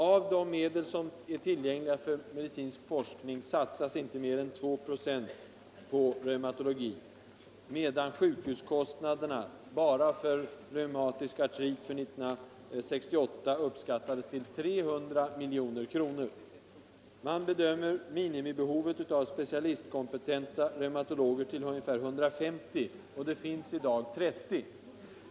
Av de medel som är tillgängliga för medicinsk forskning satsas inte mer än 2 96 på reumatologi, medan sjukhuskostnaderna för enbart reumatisk artrit för 1968 uppskattades till 300 milj.kr. Man bedömer minimibehovet av specialistkompetenta reumatologer till ungefär 150, och det finns i dag 30.